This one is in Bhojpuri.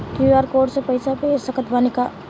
क्यू.आर कोड से पईसा भेज सक तानी का?